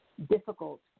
difficult